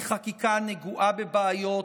היא חקיקה נגועה בבעיות,